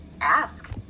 ask